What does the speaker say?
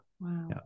wow